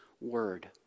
word